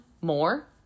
more